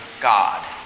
God